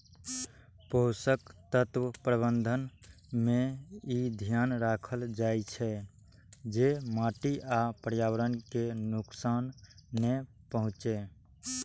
पोषक तत्व प्रबंधन मे ई ध्यान राखल जाइ छै, जे माटि आ पर्यावरण कें नुकसान नै पहुंचै